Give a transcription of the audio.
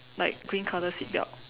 like green color seatbelt